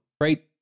right